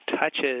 touches –